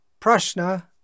prashna